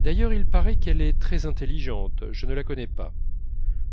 d'ailleurs il paraît qu'elle est très intelligente je ne la connais pas